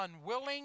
unwilling